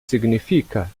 significa